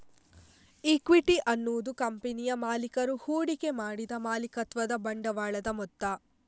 equity ಅನ್ನುದು ಕಂಪನಿಯ ಮಾಲೀಕರು ಹೂಡಿಕೆ ಮಾಡಿದ ಮಾಲೀಕತ್ವದ ಬಂಡವಾಳದ ಮೊತ್ತ